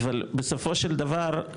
אבל בסופו של דבר,